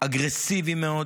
אגרסיבי מאוד